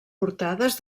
portades